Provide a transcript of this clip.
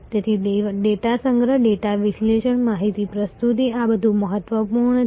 તેથી ડેટા સંગ્રહ ડેટા વિશ્લેષણ માહિતી પ્રસ્તુતિ આ બધું મહત્વપૂર્ણ છે